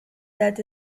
that